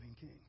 king